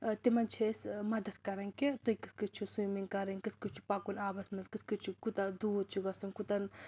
تِمَن چھِ أسۍ مَدَت کَران کہِ تُہۍ کِتھ کٔنۍ چھُو سُومِنٛگ کَرٕنۍ کِتھ کٔنۍ چھُ پَکُن آبَس منٛز کِتھ کٔنۍ چھُ کوٗتاہ دوٗد چھُ گژھُن کوٗتاہ